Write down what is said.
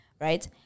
Right